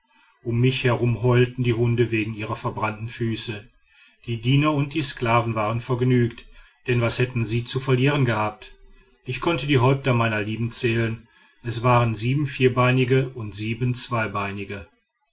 um mich herum heulten die hunde wegen ihrer verbrannten füße die diener und die sklaven waren vergnügt denn was hätten sie zu verlieren gehabt ich konnte die häupter meiner lieben zählen es waren sieben vierbeinige und sieben zweibeinige